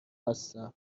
هستم